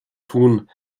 tun